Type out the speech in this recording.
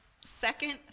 second